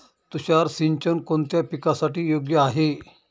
तुषार सिंचन कोणत्या पिकासाठी योग्य आहे?